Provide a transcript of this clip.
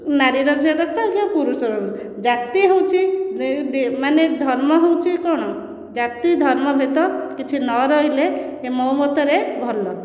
ନାରୀର ଯେଉଁ ରକ୍ତ ପୁରୁଷର ସେହି ରକ୍ତ ଜାତି ହେଉଛି ମାନେ ଧର୍ମ ହେଉଛି କ'ଣ ଜାତି ଧର୍ମ ଭେଦ କିଛି ନ ରହିଲେ ମୋ ମତରେ ଭଲ